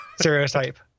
stereotype